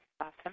Awesome